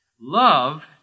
Love